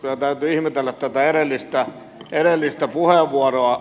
kyllä täytyy ihmetellä tätä edellistä puheenvuoroa